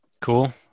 Cool